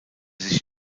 sich